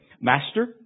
Master